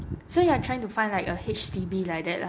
so you are trying to find like a H_D_B like that lah